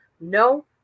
No